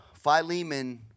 Philemon